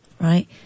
Right